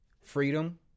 freedom